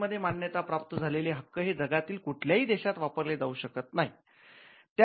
चीन मध्ये मान्यता प्राप्त झालेले हक्क हे जगातील कुठल्याही देशात वापरले जाऊ शकत नाहीत